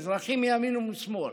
אזרחים מימין ומשמאל,